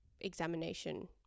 examination